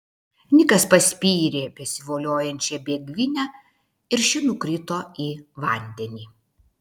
nikas paspyrė besivoliojančią bėgvinę ir ši nukrito į vandenį